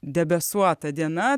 debesuota diena